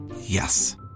Yes